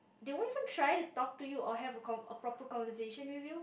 they won't even try to talk to you or have a con~ a proper conversation with you